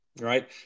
right